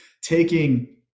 taking